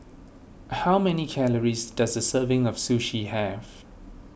how many calories does a serving of Sushi have